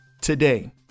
today